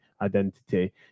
identity